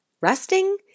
resting